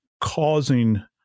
causing